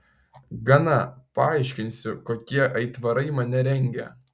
gana paaiškinsiu kokie aitvarai mane rengia